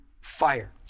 fire